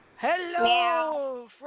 Hello